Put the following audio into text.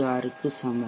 56 க்கு சமம்